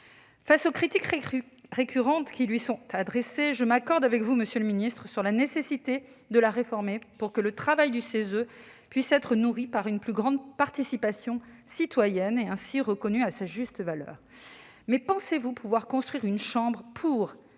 Face aux critiques récurrentes qui lui sont adressées, je m'accorde avec vous, monsieur le ministre, sur la nécessité de la réformer pour que son travail puisse être nourri par une plus grande participation citoyenne, et ainsi reconnu à sa juste valeur. Mais pensez-vous pouvoir construire une « chambre pour